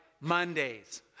Mondays